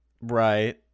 Right